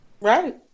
Right